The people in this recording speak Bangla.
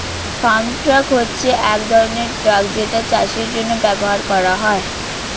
ফার্ম ট্রাক হচ্ছে এক ধরনের ট্রাক যেটা চাষের জন্য ব্যবহার করা হয়